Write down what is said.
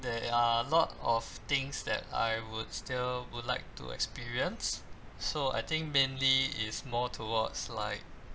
there are a lot of things that I would still would like to experience so I think mainly is more towards like